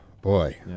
Boy